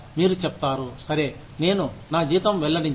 మీరు చెప్తారు సరే నేను నా జీతం వెల్లడించను